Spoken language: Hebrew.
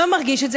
לא מרגיש את זה,